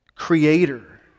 creator